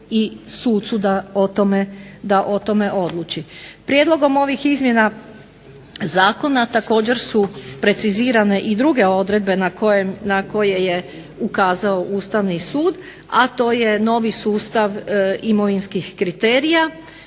i sucu da o tome odluči. Prijedlogom ovih izmjena zakona također su precizirane i druge odredbe na koje je ukazao Ustavni sud, a to je novi sustav imovinskih kriterija,